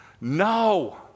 no